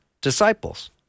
disciples